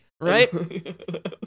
right